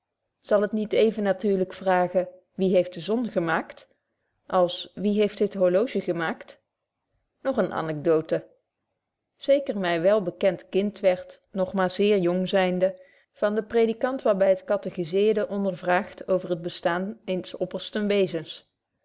zal het niet even natuurlyk vragen wie heeft de zon gemaakt als wie heeft dit horloge gemaakt nog eene anecdote zeker my wel bekent kind wierd nog maar zeer jong zynde van den predikant waar by het cathegiseerde ondervraagt over het bestaan eens oppersten